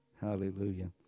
Hallelujah